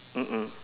mm mm